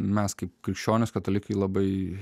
mes kaip krikščionys katalikai labai